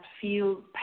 feel